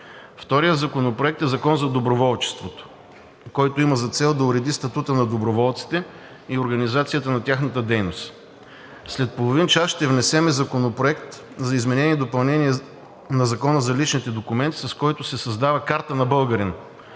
Вторият законопроект е Закон за доброволчеството, който има за цел да уреди статута на доброволците и организацията на тяхната дейност. След половин час ще внесем Законопроект за изменение и допълнение на Закона за личните документи, с който се създава карта на българина.